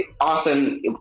Awesome